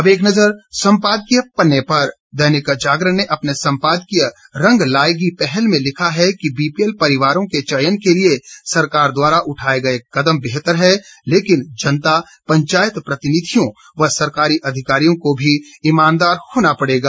अब एक नज़र संपादकीय पन्ने पर दैनिक जागरण ने अपने संपादकीय रंग लाएगी पहल में लिखा है कि बीपीएल परिवारों के चयन के लिए सरकार द्वारा उठाए गए कदम बेहतर हैं लेकिन जनता पंचायत प्रतिनिधियों व सरकारी अधिकारियों को भी ईमानदार होना पड़ेगा